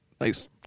nice